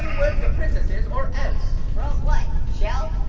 where the princess is, or else. or else what? shell?